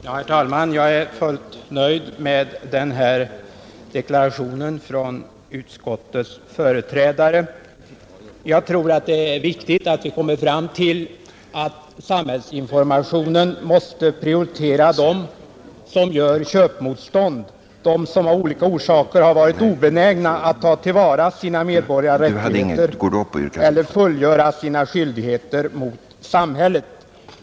Herr talman! Jag är fullt nöjd med den deklarationen från utskottets företrädare. Jag tror att det är viktigt att vi kommer fram till att samhällsinformationen måste prioritera dem som gör köpmotstånd — de som av olika orsaker har varit obenägna att ta till vara sina medborgerliga rättigheter eller fullgöra sina skyldigheter mot samhället.